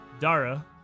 Dara